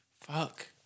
Fuck